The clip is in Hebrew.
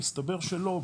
ומסתבר שלא.